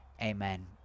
Amen